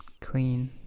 clean